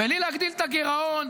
בלי להגדיל את הגירעון.